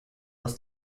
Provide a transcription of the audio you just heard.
lass